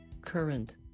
current